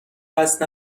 قصد